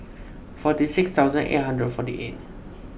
forty six thousand eight hundred and forty eight